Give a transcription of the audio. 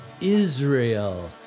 Israel